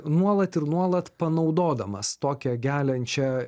nuolat ir nuolat panaudodamas tokią geliančią